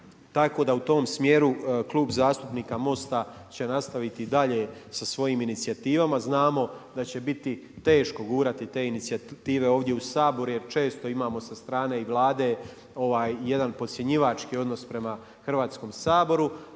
tako da u tom smjeru Klub zastupnika Mosta će nastaviti dalje sa svojim inicijativama. Znamo da će biti teško gurati te inicijative ovdje u Saboru, jer često imamo sa strane i Vlade jedan podcjenjivački odnos prema Hrvatskom saboru,